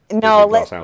No